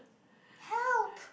help